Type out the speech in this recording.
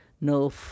no